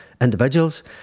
individuals